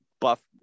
Buff